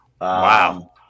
Wow